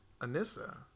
Anissa